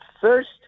first